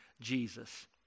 Jesus